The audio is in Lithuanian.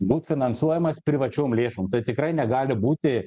būt finansuojamas privačiom lėšom tai tikrai negali būti